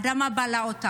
האדמה בלעה אותה.